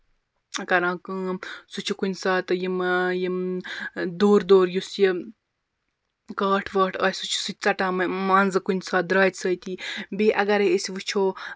کران کٲم سُہ چھُ کُنہِ ساتہٕ یِمہٕ یِم دوٗر دوٗر یُس یہِ کاٹھ واٹھ آسہِ سُہ چھُ ژَٹان منٛزٕ کُنہِ ساتہٕ درٛاتہِ سۭتی بیٚیہِ اَگرٕے أسۍ وُچھو